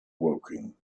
woking